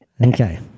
Okay